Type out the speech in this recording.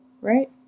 Right